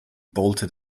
bolted